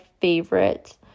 favorite